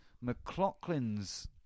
mclaughlin's